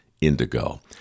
indigo